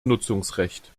nutzungsrecht